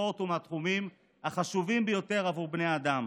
הספורט הוא מהתחומים החשובים ביותר עבור בני האדם